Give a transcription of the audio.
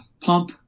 pump